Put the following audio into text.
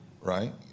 right